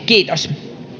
kiitos